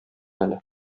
әле